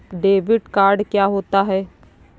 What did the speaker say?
Debit card क्या होता है?